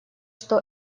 что